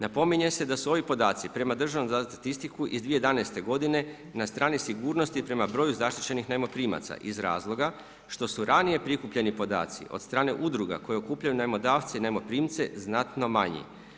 Napominje se da su ovi podaci prema Državnom zavodu za statistiku iz 2011. godine na strani sigurnosti prema broju zaštićenih najmoprimaca iz razloga što su ranije prikupljeni podaci od strane udruga koje okupljaju najmodavce i najmoprimce znatno manji.